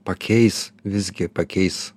pakeis visgi pakeis